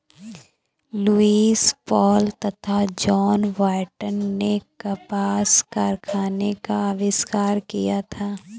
Lewis Paul तथा John Wyatt ने कपास कारखाने का आविष्कार किया था